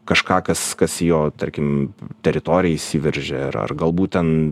kažką kas kas jo tarkim teritoriją įsiveržė ar ar galbūt ten